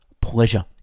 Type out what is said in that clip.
pleasure